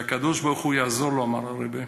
שהקדוש-ברוך-הוא יעזור לו, אמר הרעבע,